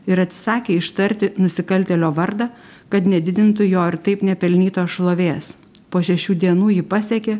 ir atsisakė ištarti nusikaltėlio vardą kad nedidintų jo ir taip nepelnytos šlovės po šešių dienų ji pasiekė